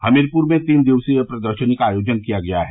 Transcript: हमीरपुर में तीन दिवसीय प्रदर्शनी का आयोजन किया गया है